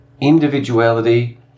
individuality